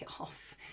off